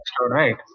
right